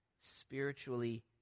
spiritually